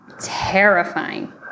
terrifying